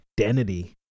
identity